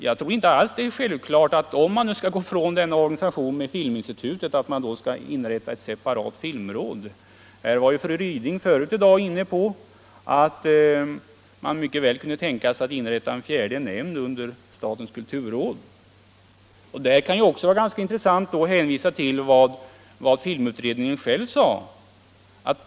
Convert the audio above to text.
Om man skall gå ifrån den nuvarande organisationen med Filminstitutet är det kanske inte självklart att man skall inrätta ett separat filmråd. Fru Ryding var inne på att man kunde tänka sig att inrätta en fjärde nämnd under statens kulturråd. Det kan också vara intressant att hänvisa till vad filmutredningen själv sade.